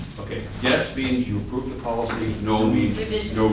okay. yes means you approve the policy. no means revision.